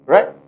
Right